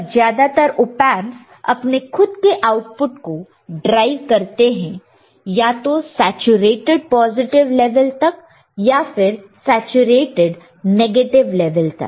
पर ज्यादातर ओपेंपस अपने खुद के आउटपुट को ड्राइव करते हैं या तो सेचुरेटड पॉजिटिव लेवल तक या फिर सेचुरेटड नेगेटिव लेवल तक